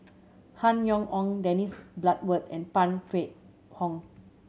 Han Yong Hong Dennis Bloodworth and Phan Wait Hong